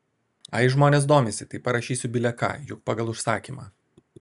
ai žmonės domisi tai parašysiu bile ką juk pagal užsakymą